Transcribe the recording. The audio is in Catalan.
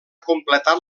completat